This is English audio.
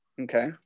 okay